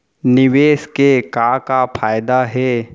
निवेश के का का फयादा हे?